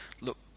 look